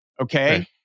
Okay